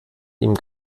ihm